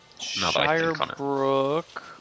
Shirebrook